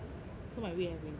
so my weight has been gaining